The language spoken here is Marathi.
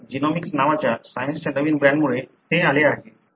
तर जीनोमिक्स नावाच्या सायन्सच्या नवीन ब्रँडमुळे हे आले आहे